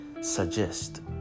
suggest